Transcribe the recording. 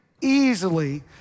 easily